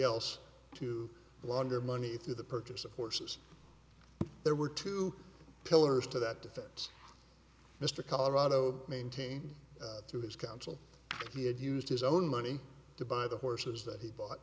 else to launder money through the purchase of horses there were two pillars to that defense mr colorado maintain through his counsel he had used his own money to buy the horses that he bought